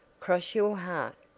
cross your heart,